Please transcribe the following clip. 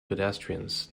pedestrians